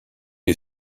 you